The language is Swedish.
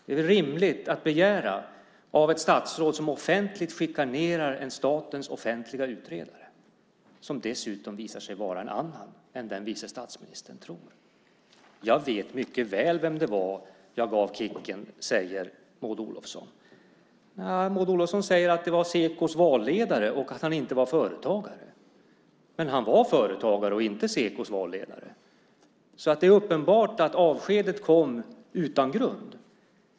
Det är väl rimligt att begära av ett statsråd som offentligt chikanerar en statens offentliga utredare, som dessutom visar sig vara en annan än den vice statsministern trodde. Jag vet mycket väl vem det var jag gav kicken, säger Maud Olofsson. Njaa, Maud Olofsson säger att det var Sekos valledare och att han inte var företagare. Men han var företagare och inte Sekos valledare. Det är uppenbart att avskedet kom utan grund.